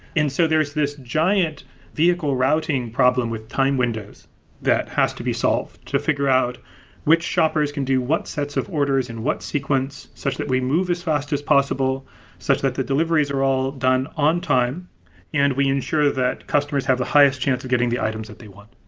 so there's this giant vehicle routing problem with time windows that has to be solved to figure out which shoppers can do what sets of orders in what sequence such that we move as fast as possible such that the deliveries are all done on time and we ensure that customers have the highest chance of getting the items that they want.